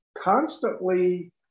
constantly